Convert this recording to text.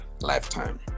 lifetime